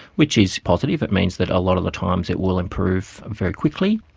which is positive, it means that a lot of the times it will improve very quickly,